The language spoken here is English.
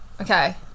okay